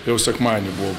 jau sekmadienį buvo